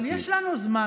אבל יש לנו עוד זמן.